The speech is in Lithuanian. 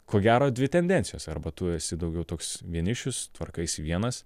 ko gero dvi tendencijos arba tu esi daugiau toks vienišius tvarkaisi vienas